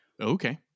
Okay